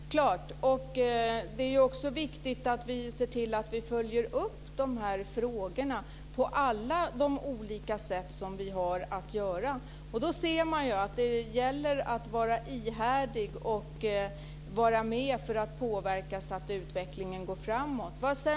Fru talman! Jo, självklart. Det är också viktigt att vi ser till att vi följer upp dessa frågor på alla de olika sätt vi kan. Då ser man att det gäller att vara ihärdig och vara med för att påverka så att utvecklingen går framåt.